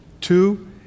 Two